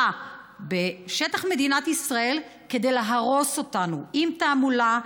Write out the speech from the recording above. בשטח מדינת ישראל כדי להרוס אותנו עם תעמולה,